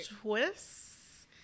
twists